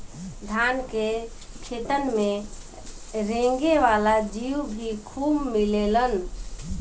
धान के खेतन में रेंगे वाला जीउ भी खूब मिलेलन